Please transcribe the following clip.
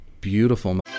beautiful